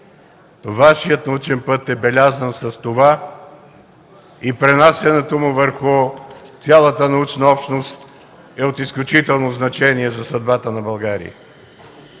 Вашият научен път е белязан с това и пренасянето му върху цялата научна общност е от изключително значение за съдбата на България.